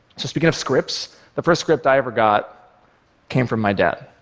so speaking of scripts, the first script i ever got came from my dad.